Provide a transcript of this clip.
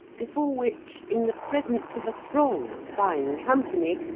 before which, in the presence of a throng of fine company,